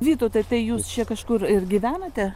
vytautai tai jūs čia kažkur ir gyvenate